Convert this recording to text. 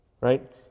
Right